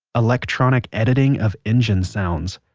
electronic editing of engine sounds.